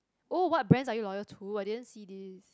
oh what brands are you loyal to I didn't see this